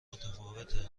متفاوته